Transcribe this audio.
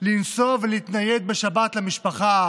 לנסוע ולהתנייד בשבת למשפחה,